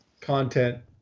content